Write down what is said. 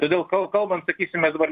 todėl kalbant sakysim aš dabar